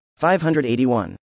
581